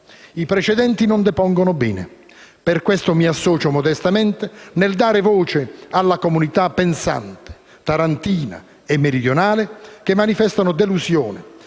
I precedenti non depongono bene. Per questo mi associo, modestamente, nel dare voce alla comunità pensante tarantina e meridionale, che manifesta delusione